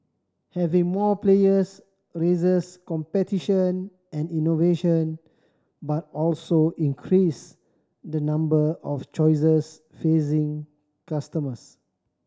having more players raises competition and innovation but also increase the number of choices facing customers